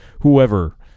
whoever